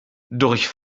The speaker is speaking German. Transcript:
durch